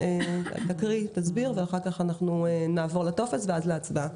הקרא, הסבר, אחר כך נעבור לטופס ולהצבעה.